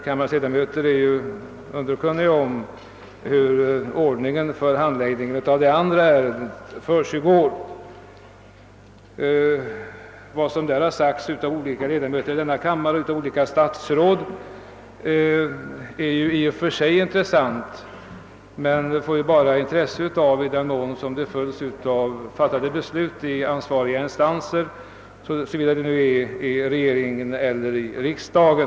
Kammarens ledamöter är dock under kunniga om ordningen för handläggningen av det andra ärendet. Vad som därvidlag sagts av olika ledamöter av denna kammare och av skilda statsråd har i och för sig sitt intresse — men det får intresse endast i den mån det följs av beslut, fattade av ansvariga instanser, d. v. s. regeringen eller riksdagen.